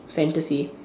fantasy